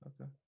Okay